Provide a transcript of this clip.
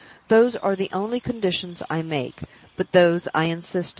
those are the only conditions i make but those i insist on.